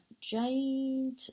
Jade